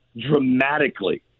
dramatically